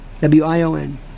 W-I-O-N